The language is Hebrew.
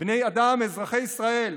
בני אדם אזרחי ישראל.